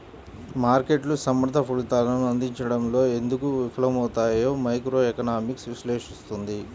మార్కెట్లు సమర్థ ఫలితాలను అందించడంలో ఎందుకు విఫలమవుతాయో మైక్రోఎకనామిక్స్ విశ్లేషిస్తుంది